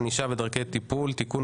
ענישה ודרכי טיפול) (תיקון,